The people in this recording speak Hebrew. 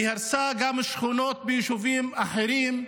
היא הרסה גם שכונות ביישובים אחרים,